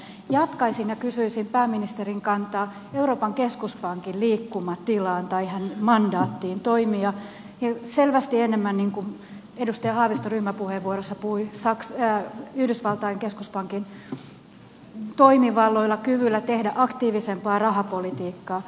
jatkaisin ja kysyisin pääministerin kantaa euroopan keskuspankin liikkumatilaan tai mandaattiin toimia selvästi enemmän niin kuin edustaja haavisto ryhmäpuheenvuorossa puhui yhdysvaltain keskuspankin toimivalloilla ja kyvyllä tehdä aktiivisempaa rahapolitiikkaa